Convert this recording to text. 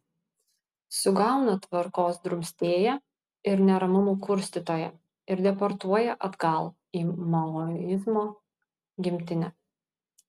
sugauna tvarkos drumstėją ir neramumų kurstytoją ir deportuoja atgal į maoizmo gimtinę